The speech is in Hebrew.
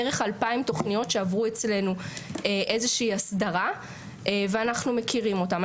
בערך 2,000 תוכניות שעברו אצלנו איזושהי הסדרה ואנחנו מכירים אותן.